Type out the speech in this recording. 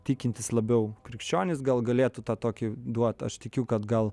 tikintis labiau krikščionis gal galėtų tą tokį duot aš tikiu kad gal